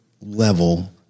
level